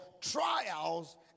trials